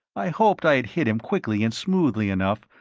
i hoped i had hit him quickly and smoothly enough,